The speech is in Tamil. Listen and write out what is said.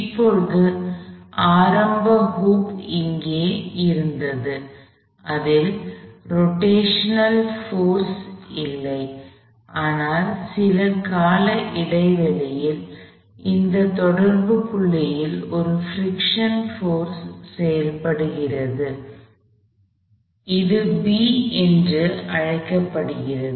இப்போது ஆரம்பத்தில் ஹுப் ம் இங்கே இருந்தது அதில் ரொட்டேஷனல் போர்ஸ் rotational force சுழற்சி இயக்கம் இல்லை ஆனால் சில கால இடைவெளியில் இந்த தொடர்பு புள்ளியில் ஒரு பிரிக்க்ஷன் போர்ஸ் செயல்படுகிறது இது B என்று அழைக்கப்படுகிறது